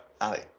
Ali